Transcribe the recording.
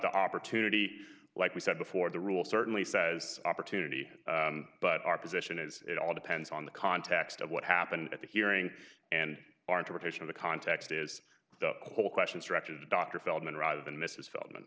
the opportunity like we said before the rule certainly says opportunity but our position is it all depends on the context of what happened at the hearing and aren't a rotation of the context is the whole question structured to dr feldman rather than mrs fel